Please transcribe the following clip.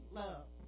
love